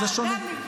זה שונה.